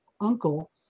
uncle